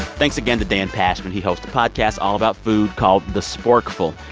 thanks again to dan pashman. he hosts a podcast all about food called the sporkful.